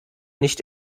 nicht